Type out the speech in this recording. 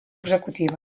executiva